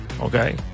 Okay